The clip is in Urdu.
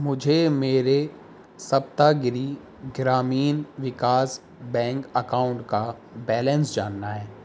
مجھے میرے Saptagiri Grameen Vikas bank account کا بیلنس جاننا ہے